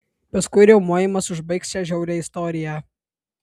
paskui riaumojimas užbaigs šią žiaurią istoriją